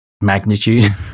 magnitude